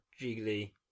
Jiggly